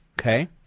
okay